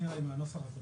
זה מהנוסח הקודם.